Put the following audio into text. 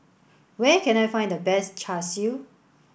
where can I find the best Char Siu